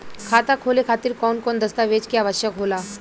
खाता खोले खातिर कौन कौन दस्तावेज के आवश्यक होला?